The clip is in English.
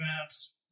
events